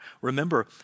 Remember